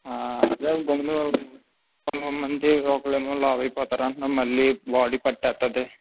ముందు కొంత మంది ఒకరేమో లావైపోతారు అంటున్నారు మళ్ళీ బాడీ పట్టేస్తుంది